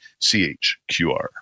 CHQR